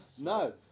No